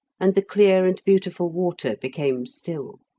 and the clear and beautiful water became still.